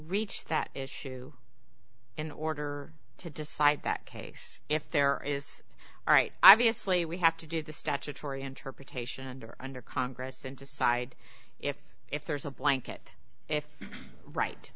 reach that issue in order to decide that case if there is a right obviously we have to do the statutory interpretation and or under congress and decide if if there's a blanket if right